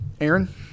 Aaron